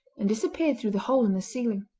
and disappeared through the hole in the ceiling.